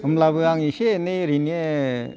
होमब्लाबो आं एसे एनै ओरैनो